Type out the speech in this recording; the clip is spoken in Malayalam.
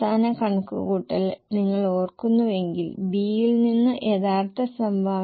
12 കണക്കാക്കുന്നു നിങ്ങൾക്ക് എന്നെ മനസിലാകുന്നുണ്ടോ